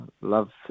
love